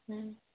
हँ